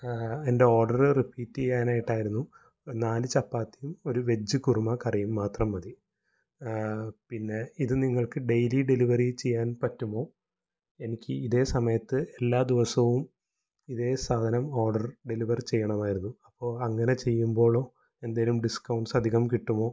എന്റെ order repeat ചെയ്യാനായിട്ടാരുന്നു നാല് ചപ്പാത്തിയും ഒര് വെജ് കുറുമാ കറിയും മാത്രം മതി പിന്നെ ഇത് നിങ്ങൾക്ക് ഡെയിലി ഡെലിവറി ചെയ്യാൻ പറ്റുമോ എനിക്ക് ഇതേ സമയത്ത് എല്ലാ ദിവസവും ഇതേ സാധനം ഓഡര് ഡെലിവർ ചെയ്യണമായിരുന്നു അപ്പോൾ അങ്ങനെ ചെയ്യുമ്പോഴും എന്തേലും ഡിസ്കൗണ്ട്സ് അധികം കിട്ടുമോ